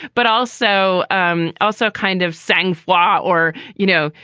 but also um also kind of sang fly or, you know,